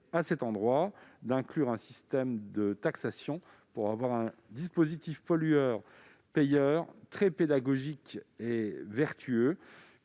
à cet endroit de la chaîne un système de taxation pour avoir un dispositif pollueur-payeur très pédagogique et vertueux.